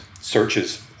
searches